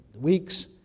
weeks